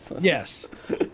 Yes